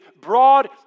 broad